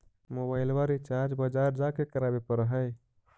मोबाइलवा रिचार्ज बजार जा के करावे पर है?